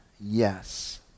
yes